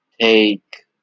take